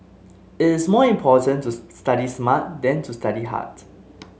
it is more important to study smart than to study hard